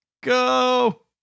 Go